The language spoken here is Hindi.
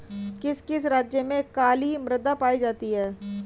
किस किस राज्य में काली मृदा पाई जाती है?